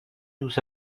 nous